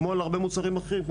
כמו על הרבה מוצרים אחרים.